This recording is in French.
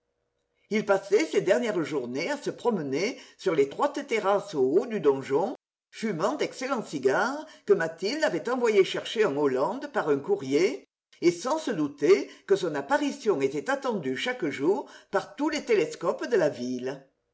il passait ces dernières journées à se promener sur l'étroite terrasse au haut du donjon fumant d'excellents cigares que mathilde avait envoyé chercher en hollande par un courrier et sans se douter que son apparition était attendue chaque jour par tous les télescopes de la ville